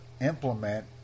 implement